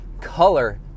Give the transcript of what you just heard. color